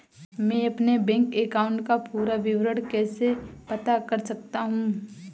मैं अपने bank account का पूरा विवरण कैसे पता कर सकता हूँ?